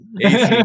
AC